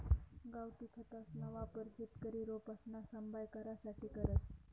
गावठी खतसना वापर शेतकरी रोपसना सांभाय करासाठे करस